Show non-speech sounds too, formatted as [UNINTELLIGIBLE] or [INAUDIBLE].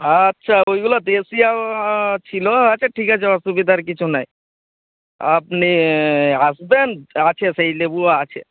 আচ্ছা ওইগুলো দেশি [UNINTELLIGIBLE] ছিল আচ্ছা ঠিক আছে অসুবিধার কিছু নেই আপনি [UNINTELLIGIBLE] আসবেন আছে সেই লেবুও আছে